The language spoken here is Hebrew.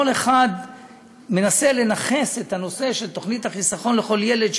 כל אחד מנסה לנכס את הנושא של תוכנית החיסכון לכל ילד,